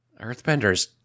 Earthbenders